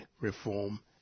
reform